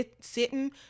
sitting